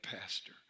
pastor